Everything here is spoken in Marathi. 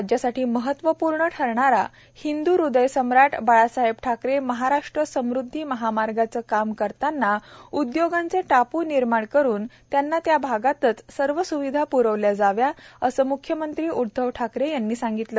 राज्यासाठी महत्त्वपूर्ण ठरणारा हिंदुहृदयसम्राट बाळासाहेब ठाकरे महाराष्ट्र समृद्धी महामार्गाचे काम करताना उद्योगांचे टापू निर्माण करून त्यांना त्या भागातच सर्व स्विधा प्रविल्या जाव्यात असे मुख्यमंत्री उद्धव ठाकरे यांनी सांगितले